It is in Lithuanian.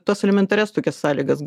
tas elementarias tokias sąlygas